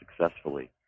successfully